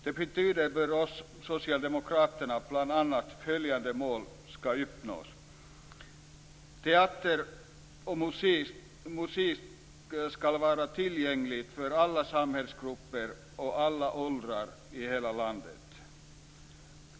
Det betyder för oss socialdemokrater bl.a. att följande mål skall uppnås: · Teater och musik skall vara tillgängliga för alla samhällsgrupper och alla åldrar i hela landet.